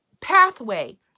pathway